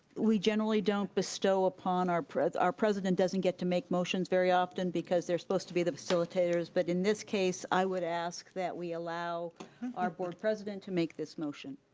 we generally don't bestow upon our, our president doesn't get to make motions very often because they're supposed to be the facilitators, but in this case, i would ask that we allow our board president to make this motion.